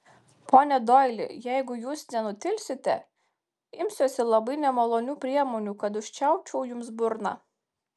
pone doili jeigu jūs nenutilsite imsiuosi labai nemalonių priemonių kad užčiaupčiau jums burną